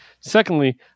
Secondly